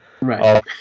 Right